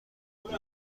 بود